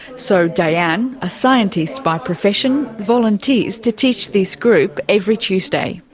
so dayan, a scientist by profession, volunteers to teach this group every tuesday.